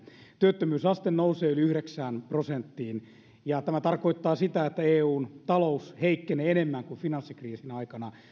työttömyysaste nousee yli yhdeksään prosenttiin ja tämä tarkoittaa sitä että eun talous heikkenee enemmän kuin finanssikriisin aikana